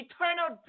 Eternal